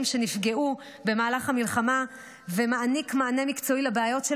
שנפגעו במהלך המלחמה ומעניק מענה מקצועי לבעיות של